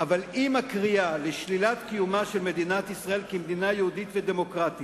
אבל אם יש קריאה לשלילת קיומה של מדינת ישראל כמדינה יהודית ודמוקרטית,